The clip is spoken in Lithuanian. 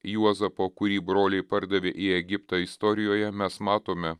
juozapo kurį broliai pardavė į egiptą istorijoje mes matome